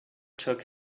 took